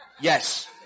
Yes